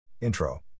Intro